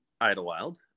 Idlewild